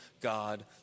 God